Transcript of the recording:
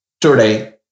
today